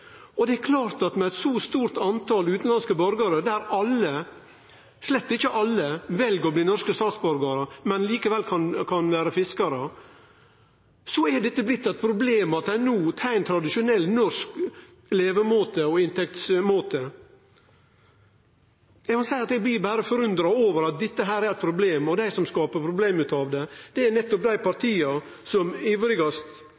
og det er klart at med eit så stort tal utanlandske borgarar der slett ikkje alle vel å bli norske statsborgarar, men likevel kan vere fiskarar, har det blitt eit problem at dei no tar ein tradisjonell norsk levemåte og inntektsmåte. Eg må seie at eg blir berre forundra over at dette er eit problem, og dei som skaper problem av det, det er nettopp dei